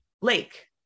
lake